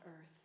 earth